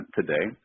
today